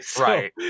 right